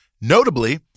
notably